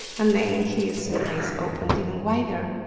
and then his eyes opened even wider